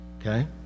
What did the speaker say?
Okay